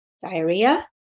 diarrhea